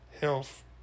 health